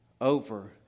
over